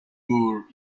moore